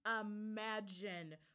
imagine